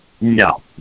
no